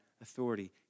authority